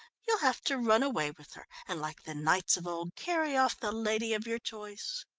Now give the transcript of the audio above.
you'll have to run away with her and like the knights of old carry off the lady of your choice.